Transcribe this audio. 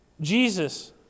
Jesus